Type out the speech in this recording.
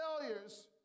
failures